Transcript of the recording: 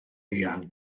eang